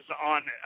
on